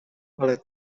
ale